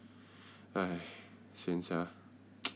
哎 sian sia